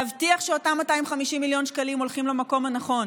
להבטיח שאותם 250 מיליון שקלים הולכים למקום הנכון,